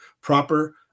proper